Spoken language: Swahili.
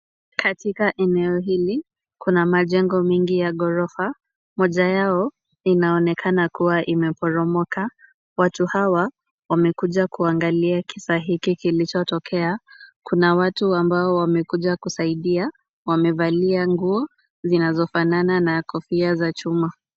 Katika eneo hili, kuna majengo mengi ya ghorofa. Moja yao inaonekana kuwa imeporomoka. Watu hawa, wamekuja kuangalia kisa hiki kilichotokea. Kuna watu ambao wamekuja kusaidia, wamevalia nguo zinazofanana na kofia ya chuma.